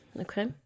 Okay